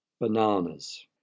bananas